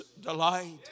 delight